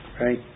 right